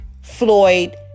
Floyd